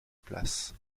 place